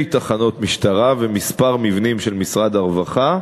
תחנות משטרה וכמה מבנים של משרד הרווחה.